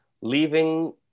leaving